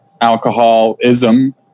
alcoholism